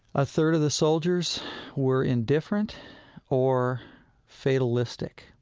a third of the soldiers were indifferent or fatalistic.